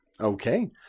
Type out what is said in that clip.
Okay